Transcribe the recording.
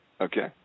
Okay